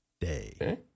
day